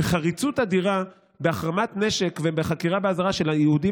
וחריצות אדירה בהחרמת נשק ובחקירה באזהרה של היהודים